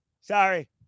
sorry